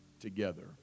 together